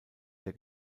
der